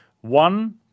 one